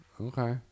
Okay